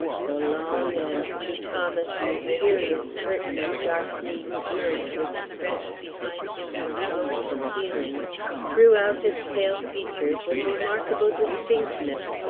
the long and, to thomas, mysterious curtain of dark-green serge which stretched behind him from floor to ceiling threw out his pale features with a remarkable distinctness,